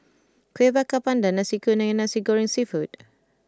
Kueh Bakar Pandan Nasi Kuning and Nasi Goreng Seafood